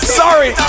sorry